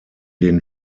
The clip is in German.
den